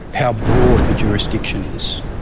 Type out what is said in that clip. how broad the jurisdiction is.